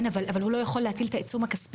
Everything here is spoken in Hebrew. אבל הוא לא יכול להטיל את העיצום הכספי.